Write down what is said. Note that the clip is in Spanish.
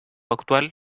actual